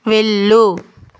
వెళ్ళు